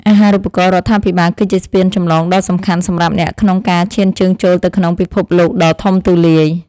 អាហារូបករណ៍រដ្ឋាភិបាលគឺជាស្ពានចម្លងដ៏សំខាន់សម្រាប់អ្នកក្នុងការឈានជើងចូលទៅក្នុងពិភពលោកដ៏ធំទូលាយ។